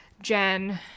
jen